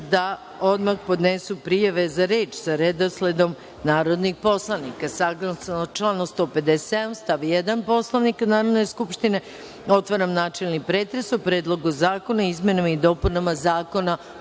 da odmah podnesu prijave za reč sa redosledom narodnih poslanika. Saglasno članu 157. stav 1. Poslovnika Narodne skupštine, otvaram načelni pretres o Predlogu zakona o izmenama i dopunama Zakona